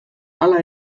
hala